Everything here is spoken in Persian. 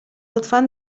لطفا